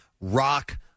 rock